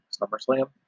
SummerSlam